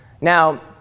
Now